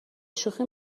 شوخی